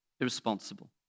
irresponsible